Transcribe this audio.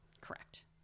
Correct